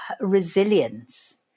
resilience